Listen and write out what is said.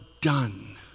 done